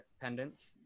pendants